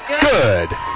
good